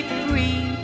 free